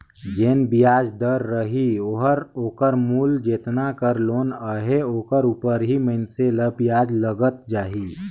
जेन बियाज दर रही ओहर ओकर मूल जेतना कर लोन अहे ओकर उपर ही मइनसे ल बियाज लगत जाही